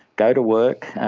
go to work,